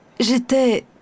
J'étais